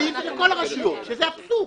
לי ולכל הרשויות, שזה אבסורד.